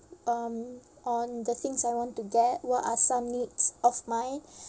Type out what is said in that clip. um on the things I want to get what are some needs of mine